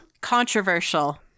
Controversial